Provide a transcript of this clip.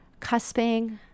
cusping